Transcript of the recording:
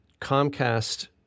Comcast